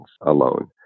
alone